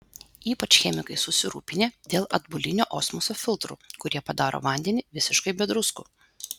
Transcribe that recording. ypač chemikai susirūpinę dėl atbulinio osmoso filtrų kurie padaro vandenį visiškai be druskų